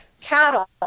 cattle